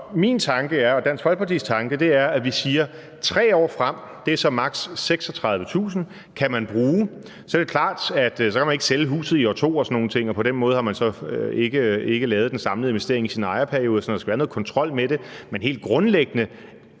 tanke er, at vi siger: 3 år frem, og det er så maks. 36.000 kr., man kan bruge. Så er det klart, at man ikke kan sælge huset i år 2 og sådan nogle ting, og på den måde har man så ikke lavet den samlede investering i sin ejerperiode og sådan noget. Det skal der være noget kontrol med. Men helt grundlæggende